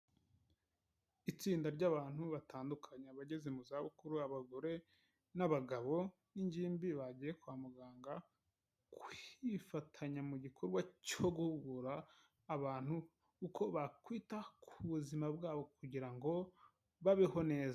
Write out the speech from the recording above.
Itsinda ry'abantu batandukanye abageze mu zabukuru, abagore n'abagabo n'ingimbi bagiye kwa muganga, kwifatanya mu gikorwa cyo guhugura abantu uko bakwita ku buzima bwabo kugira ngo babeho neza.